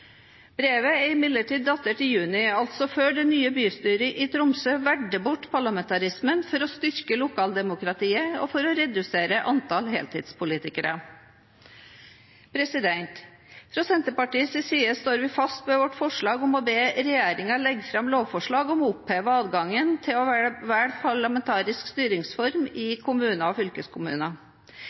Brevet er imidlertid datert i juni, altså før det nye bystyret i Tromsø valgte bort parlamentarismen for å styrke lokaldemokratiet og for å redusere antall heltidspolitikere. Fra Senterpartiets side står vi fast ved vårt forslag om å be regjeringen legge fram lovforslag om å oppheve adgangen til å velge parlamentarisk styringsform i kommuner og fylkeskommuner.